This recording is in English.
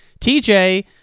TJ